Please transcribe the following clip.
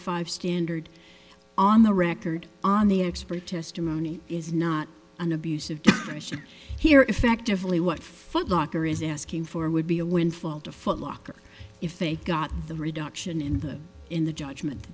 five standard on the record on the expert testimony is not an abuse of discretion here effectively what footlocker is asking for would be a windfall to footlocker if they got the reduction in the in the judgment